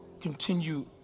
continue